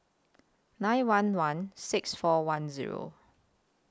nine one one six four one Zero